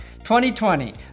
2020